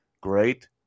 great